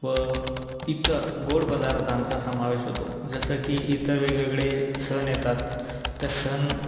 व इतर गोड पदार्थांचा समावेश होतो जसं की इथं वेगवेगळे सण येतात त्या सण